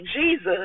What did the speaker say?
Jesus